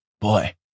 Boy